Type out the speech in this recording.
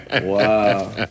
Wow